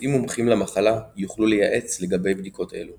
רופאים מומחים למחלה יוכלו לייעץ לגבי בדיקות אלו.